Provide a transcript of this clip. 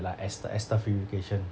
like es~ ester purification